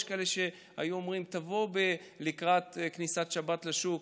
יש כאלה שהיו אומרים: תבוא לקראת כניסת שבת לשוק.